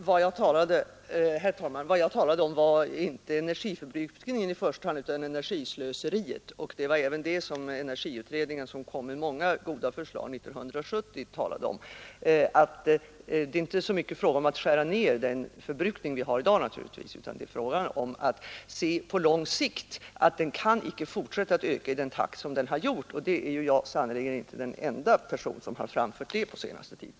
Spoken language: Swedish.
Herr talman! Vad jag talade om var inte i första hand energiförbrukningen utan energislöseriet. Det var även det som energiutredningen, som framlade många goda förslag, år 1970 talade om. Det är naturligtvis inte så mycket fråga om att skära ned den förbrukning som vi har i dag. Vad det gäller är i stället att vi inte på lång sikt kan fortsätta att öka energiförbrukningen i samma takt som hittills skett. Jag är sannerligen inte den enda person som framfört detta på den senaste tiden.